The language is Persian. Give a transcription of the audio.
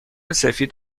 سفید